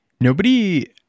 Nobody-